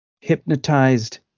hypnotized